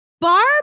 Barb